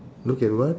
look at what